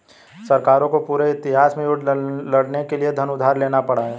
सरकारों को पूरे इतिहास में युद्ध लड़ने के लिए धन उधार लेना पड़ा है